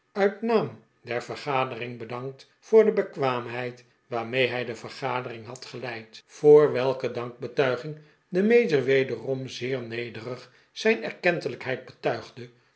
uit naam der vergadering bedankt voor de bekwaamheid waarmee hij de vergadering had geleid voor welke dankbetuiging de mayor wederom zeer nederig zijn erkentelijkheid betuigde